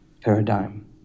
paradigm